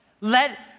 Let